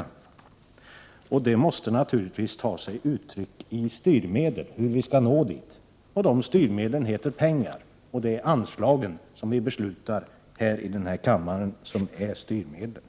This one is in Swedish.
För att nå det måste vi naturligtvis ta till styrmedel, och de styrmedlen heter pengar. Det är anslagen som vi beslutar om i denna kammare som är styrmedlen.